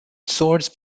swords